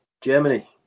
Germany